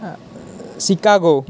Chicago